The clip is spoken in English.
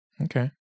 Okay